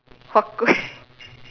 huat kueh